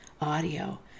audio